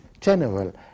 general